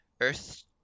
Earth